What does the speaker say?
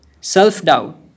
self-doubt